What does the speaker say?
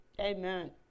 Amen